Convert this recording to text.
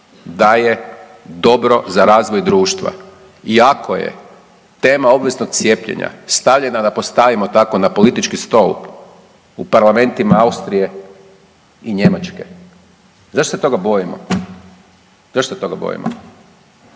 da je dobro za razvoj društva. I ako je tema obveznog cijepljenja stavljena da postavimo tako na politički stol u parlamentima Austrije i Njemačke, zašto se toga bojimo, zašto se toga bojimo.